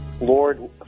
Lord